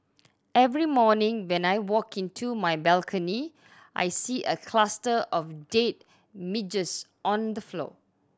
every morning when I walk into my balcony I see a cluster of dead midges on the floor